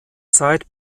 zeit